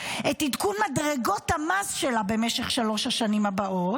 את עדכון מדרגות המס שלה במשך שלוש השנים הבאות,